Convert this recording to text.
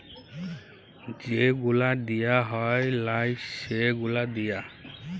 যে গুলা দিঁয়া হ্যয় লায় সে গুলা দিঁয়া